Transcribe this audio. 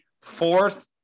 fourth